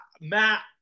Matt